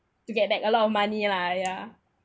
to get back a lot of money lah ya